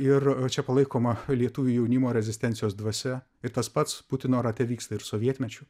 ir čia palaikoma lietuvių jaunimo rezistencijos dvasia ir tas pats putino rate vyksta ir sovietmečiu